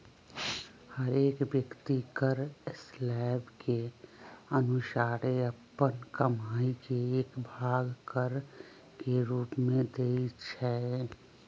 हरेक व्यक्ति कर स्लैब के अनुसारे अप्पन कमाइ के एक भाग कर के रूप में देँइ छै